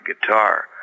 guitar